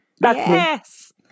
Yes